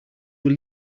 will